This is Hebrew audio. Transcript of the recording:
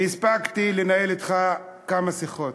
והספקתי לנהל אתך כמה שיחות,